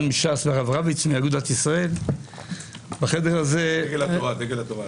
מש"ס והרב רביץ מאגודת ישראל -- דגל התורה.